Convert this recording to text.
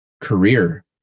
career